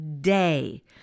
day